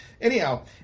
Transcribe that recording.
anyhow